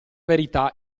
verità